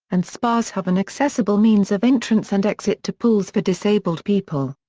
and spas have an accessible means of entrance and exit to pools for disabled people.